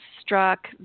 struck